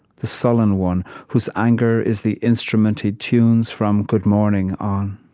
the sullen one whose anger is the instrument he tunes from good morning on